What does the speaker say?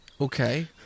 Okay